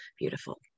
beautiful